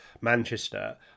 Manchester